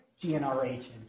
GnRH